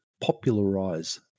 popularize